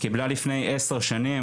קיבלה לפני עשר שנים,